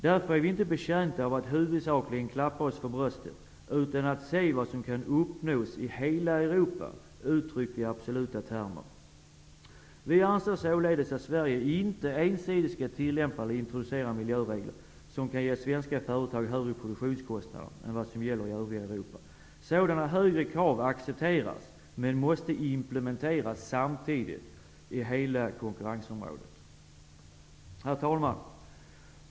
Därför är vi inte betjänta av att huvudsakligen klappa oss för bröstet utan att se vad som kan uppnås i absoluta termer sett i hela Vi anser således att Sverige inte ensidigt skall tillämpa eller introducera miljöregler som kan ge svenska företag högre produktionskostnader än vad som gäller i övriga Europa. Sådana högre krav accepteras men måste implementeras samtidigt i hela konkurrensområdet. Herr talman!